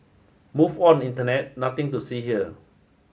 move on internet nothing to see here